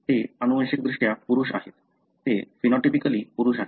ते अनुवांशिकदृष्ट्या पुरुष आहेत ते फेनॉटिपिकली पुरुष आहेत